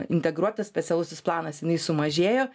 integruotas specialusis planas jinai sumažėjo